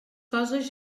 coses